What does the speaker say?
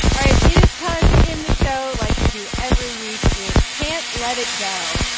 all right. it is time to end the show, like we do every week, with can't let it go,